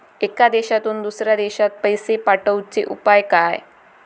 एका देशातून दुसऱ्या देशात पैसे पाठवचे उपाय काय?